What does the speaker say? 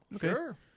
Sure